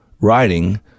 writing